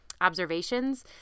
observations